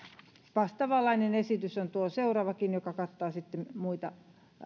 vastaavanlainen esitys on tuo seuraavakin joka kattaa sitten muita